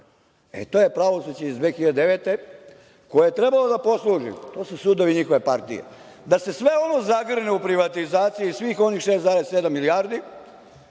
To je pravosuđe iz 2009. godine, koje je trebalo da posluži, to su sudovi njihove partije, da se sve ono zagrne u privatizaciji svih onih 6,7 milijardi,